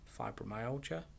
fibromyalgia